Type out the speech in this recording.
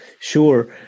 Sure